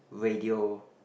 radio